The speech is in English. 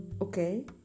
okay